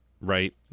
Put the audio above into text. Right